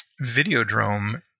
Videodrome